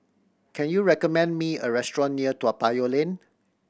can you recommend me a restaurant near Toa Payoh Lane